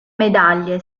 medaglie